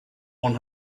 one